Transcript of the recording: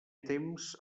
temps